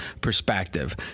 perspective